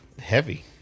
heavy